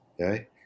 okay